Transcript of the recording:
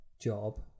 job